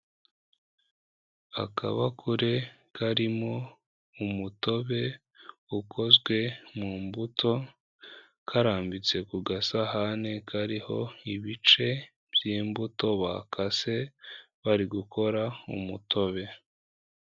Akabakure karimo umutobe ukozwe mu mbuto, karambitse ku gasahani kariho ibice by'imbuto bakase bari gukora umutobe.